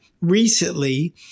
recently